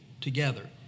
together